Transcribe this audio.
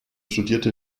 studierte